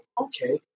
okay